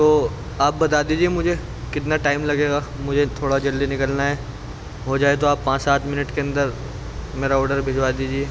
تو آپ بتا دیجیے مجھے کتنا ٹائم لگے گا مجھے تھوڑا جلدی نکلنا ہے ہو جائے تو آپ پانچ سات منٹ کے اندر میرا آڈر بھجوا دیجیے